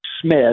smith